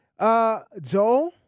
Joel